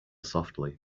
softly